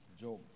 Job